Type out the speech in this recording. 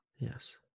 yes